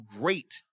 great